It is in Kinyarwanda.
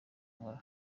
nkora